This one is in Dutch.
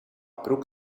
broek